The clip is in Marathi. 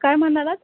काय म्हणालात